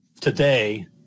today